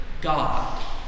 God